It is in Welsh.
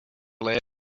ble